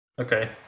okay